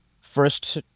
first